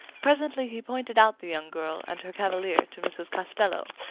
presently he pointed out the young girl and her cavalier to mrs. costello.